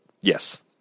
Yes